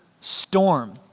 storm